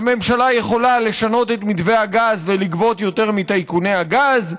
הממשלה יכולה לשנות את מתווה הגז ולגבות יותר מטייקוני הגז.